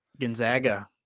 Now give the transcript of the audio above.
Gonzaga